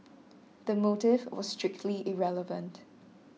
the motive was strictly irrelevant